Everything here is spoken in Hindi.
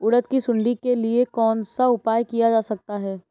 उड़द की सुंडी के लिए कौन सा उपाय किया जा सकता है?